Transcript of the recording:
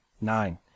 Nine